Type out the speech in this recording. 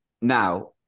Now